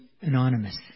anonymous